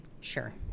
Sure